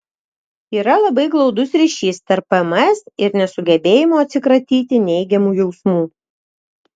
yra labai glaudus ryšys tarp pms ir nesugebėjimo atsikratyti neigiamų jausmų